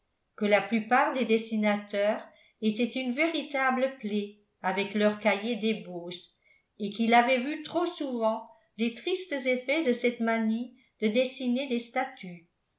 que la plupart des dessinateurs étaient une véritable plaie avec leurs cahiers d'ébauches et qu'il avait vu trop souvent les tristes effets de cette manie de dessiner des statues